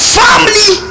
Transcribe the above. family